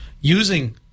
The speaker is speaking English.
using